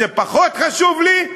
פחות חשוב לי,